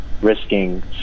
risking